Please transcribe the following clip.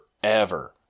forever